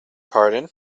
pardon